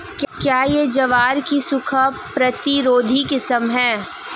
क्या यह ज्वार की सूखा प्रतिरोधी किस्म है?